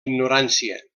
ignorància